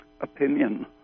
opinion